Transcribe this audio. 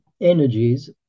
energies